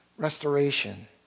Restoration